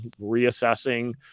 reassessing